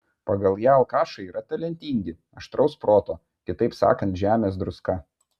pagal ją alkašai yra talentingi aštraus proto kitaip sakant žemės druska